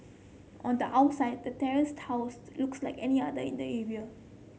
on the outside the terrace looks like any other in the area